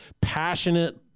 passionate